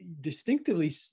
distinctively